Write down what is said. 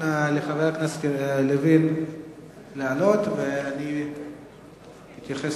לחבר הכנסת לוין לעלות, ואני אתייחס